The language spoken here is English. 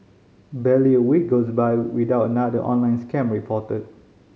barely a week goes by without another online scam reported